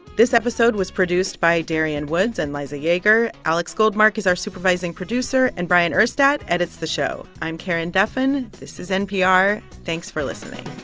this episode was produced by darian woods and liza yeager. alex goldmark is our supervising producer, and bryant urstadt edits the show. i'm karen duffin. this is npr. thanks for listening